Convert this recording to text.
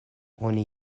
oni